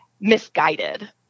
misguided